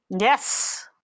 Yes